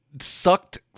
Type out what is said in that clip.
sucked